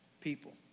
people